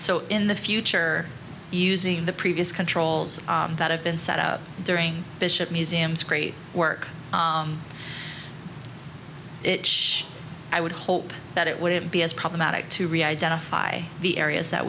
so in the future or using the previous controls that have been set up during bishop museums great work i would hope that it wouldn't be as problematic to re i def i the areas that